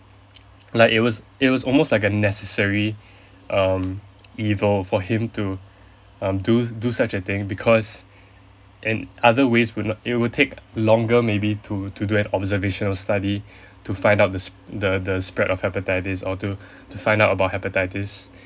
like it was it was almost like a necessary um evil for him to um do do such a thing because in other ways would not it would take longer maybe to to do an observational study to find out the sp~ the the spread of hepatitis or to to find out about hepatitis